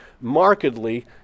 markedly